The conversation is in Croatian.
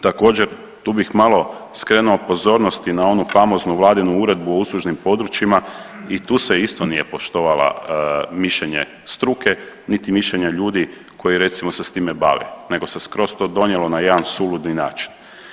Također tu bih malo skrenuo pozornost i na onu famoznu vladinu uredbu o uslužnim područjima i tu se isto nije poštovala mišljenje struke, niti mišljenje ljudi koji recimo se s time bave nego se skroz to donijelo na jedna suludi način.